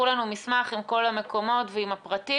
לנו מסמך עם כל המקומות ועם הפרטים,